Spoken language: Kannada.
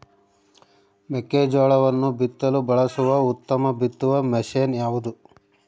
ಮೆಕ್ಕೆಜೋಳವನ್ನು ಬಿತ್ತಲು ಬಳಸುವ ಉತ್ತಮ ಬಿತ್ತುವ ಮಷೇನ್ ಯಾವುದು?